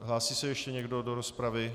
Hlásí se ještě někdo do rozpravy?